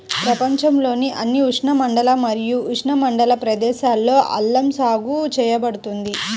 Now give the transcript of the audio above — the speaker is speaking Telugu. ప్రపంచంలోని అన్ని ఉష్ణమండల మరియు ఉపఉష్ణమండల దేశాలలో అల్లం సాగు చేయబడుతుంది